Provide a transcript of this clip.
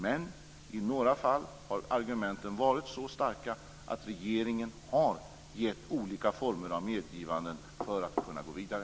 Men i några fall har argumenten varit så starka att regeringen har gett olika former av medgivanden för att man skulle kunna gå vidare.